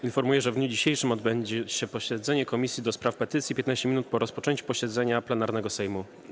Informuję, że w dniu dzisiejszym odbędzie się posiedzenie Komisji do Spraw Petycji - 15 minut po rozpoczęciu posiedzenia plenarnego Sejmu.